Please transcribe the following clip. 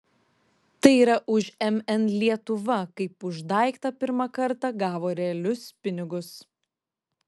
tai yra už mn lietuva kaip už daiktą pirmą kartą gavo realius pinigus